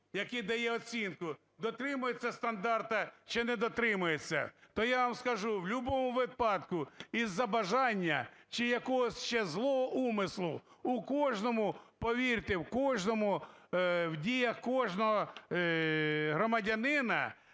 який дає оцінку дотримуються стандарти чи недотримуються. То я вам скажу, в любому випадку, із-за бажання чи якось ще злого умислу у кожному, повірте, в кожному, в діях кожного громадянина